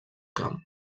camp